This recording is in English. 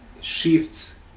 shifts